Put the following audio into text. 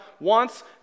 wants